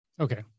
Okay